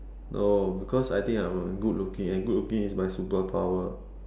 no because I think I'm good looking and good looking is my superpower